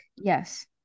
yes